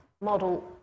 Model